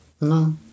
No